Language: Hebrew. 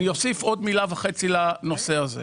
אני אוסיף עוד מילה וחצי לנושא הזה.